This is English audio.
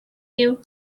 you